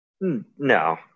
No